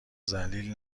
ذلیل